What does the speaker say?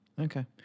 Okay